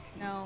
No